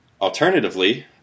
Alternatively